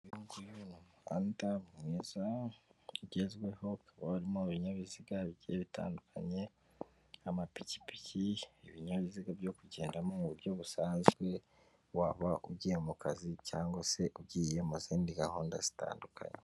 Uyunguyu ni umuhanda mwiza ugezweho hakaba harimo ibinyabiziga bigiye bitandukanye, amapikipiki, ibinyabiziga byo kugendamo mu buryo busanzwe, waba ugiye mu kazi cyangwa se ugiye mu zindi gahunda zitandukanye.